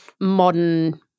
modern